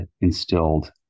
instilled